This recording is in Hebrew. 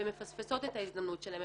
והן מפספסות את ההזדמנות שלהן.